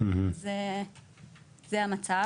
זה המצב.